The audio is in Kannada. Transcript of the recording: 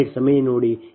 ಸ್ಲೈಡ್ ಸಮಯ 2028 ನೋಡಿ